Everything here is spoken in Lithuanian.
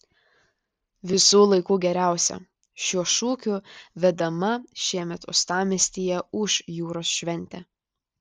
visų laikų geriausia šiuo šūkiu vedama šiemet uostamiestyje ūš jūros šventė